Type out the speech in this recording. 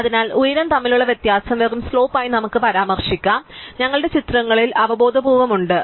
അതിനാൽ ഉയരം തമ്മിലുള്ള വ്യത്യാസം വെറും സ്ലോപ്പ് ആയി നമുക്ക് പരാമർശിക്കാം അതിനാൽ ഞങ്ങളുടെ ചിത്രങ്ങളിൽ അവബോധപൂർവ്വം ഉണ്ട്